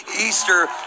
Easter